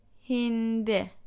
Hindi